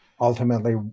ultimately